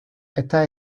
estas